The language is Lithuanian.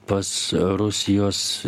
pas rusijos